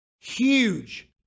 Huge